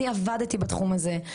אני עבדתי בתחום הזה.